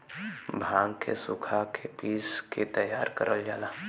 भांग के सुखा के पिस के तैयार करल जाला